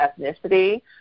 ethnicity